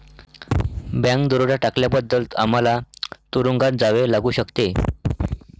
bank दरोडा टाकल्याबद्दल आम्हाला तुरूंगात जावे लागू शकते